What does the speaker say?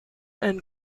and